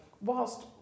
whilst